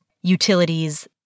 utilities